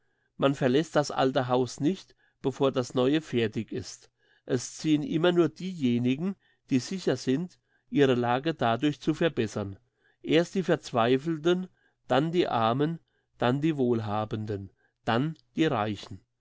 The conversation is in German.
man verlässt das alte haus nicht bevor das neue fertig ist es ziehen immer nur diejenigen die sicher sind ihre lage dadurch zu verbessern erst die verzweifelten dann die armen dann die wohlhabenden dann die reichen